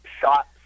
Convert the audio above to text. shot